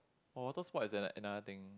for water sport it's ano~ another thing